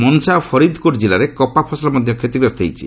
ମନ୍ସା ଓ ଫରିଦକୋଟ ଜିଲ୍ଲାରେ କପା ଫସଲ ମଧ୍ୟ କ୍ଷତିଗ୍ରସ୍ତ ହୋଇଛି